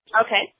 Okay